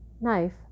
knife